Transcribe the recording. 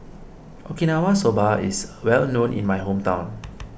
Okinawa Soba is well known in my hometown